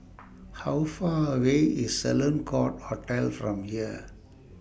How Far away IS Sloane Court Hotel from here